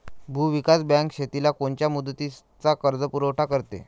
भूविकास बँक शेतीला कोनच्या मुदतीचा कर्जपुरवठा करते?